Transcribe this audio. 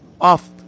off